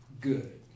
good